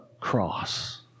cross